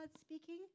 speaking